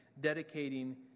Dedicating